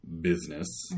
business